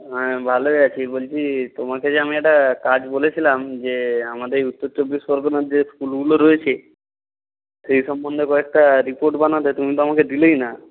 হ্যাঁ ভালোই আছি বলছি তোমাকে যে আমি একটা কাজ বলেছিলাম যে আমাদের উত্তর চব্বিশ পরগনার যে স্কুলগুলো রয়েছে সেই সম্বন্ধে এবার একটা রিপোর্ট বানাতে তুমি তো আমাকে দিলেই না